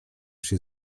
się